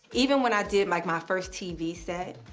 even when i did like my first tv set,